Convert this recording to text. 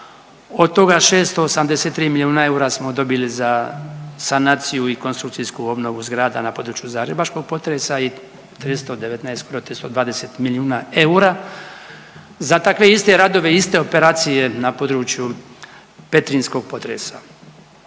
od toga 683 milijuna eura smo dobili za sanaciju i konstrukcijsku obnovu zgrada na području zagrebačkog potresa i 319 …/Govornik se ne razumije/… 20 milijuna eura za takve iste radove i iste operacije na području petrinjskog potresa.